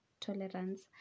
tolerance